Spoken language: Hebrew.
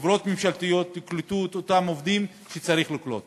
חברות ממשלתיות יקלטו את אותם עובדים שצריך לקלוט.